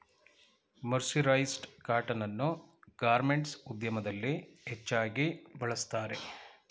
mercerised cotton ಅನ್ನು garments ಉದ್ಯಮದಲ್ಲಿ ಹೆಚ್ಚಾಗಿ ಬಳ್ಸತ್ತರೆ